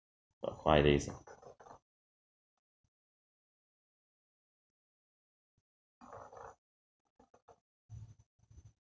for five days ah